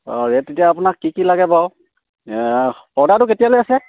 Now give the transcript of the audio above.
অঁ ৰেট এতিয়া আপোনাক কি কি লাগে বাৰু অৰ্দাৰটো কেতিয়ালৈ আছে